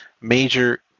major